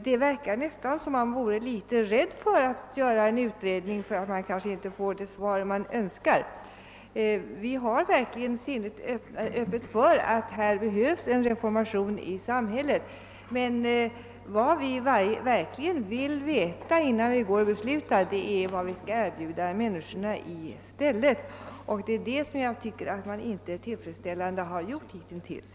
Det verkar nästan som om man vore rädd för att göra en utredning därför att man kanske inte får det svar man önskar. Vi har verkligen sinnet öppet för att här behövs en reform, men vad vi verkligen vill veta, innan vi fattar beslut, är vad som skall erbjudas människorna i stället för det som nu finns. Det är detta jag tycker att man inte tillfredsställande har gett besked om hittills.